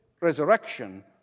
resurrection